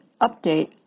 update